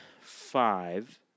five